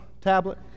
tablet